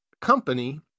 company